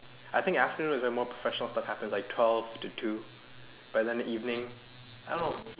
I think afternoon is where more professional stuff happens like twelve to two by then the evening I don't know